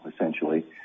essentially